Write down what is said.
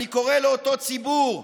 אני קורא לאותו ציבור: